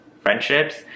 friendships